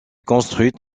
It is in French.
construite